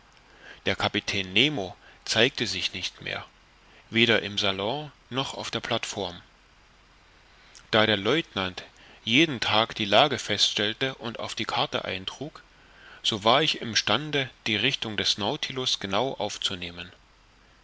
der kapitän nemo zeigte sich nicht mehr weder im salon noch auf der plateform da der lieutenant jeden tag die lage feststellte und auf die karte eintrug so war ich im stande die richtung des nautilus genau aufzunehmen